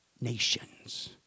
nations